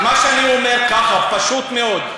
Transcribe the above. של ערבים, אז מה שאני אומר, ככה, פשוט מאוד: